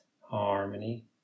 harmony